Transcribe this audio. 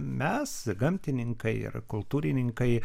mes gamtininkai ir kultūrininkai